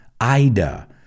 Ida